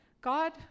God